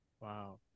Wow